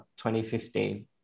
2015